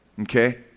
okay